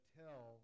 tell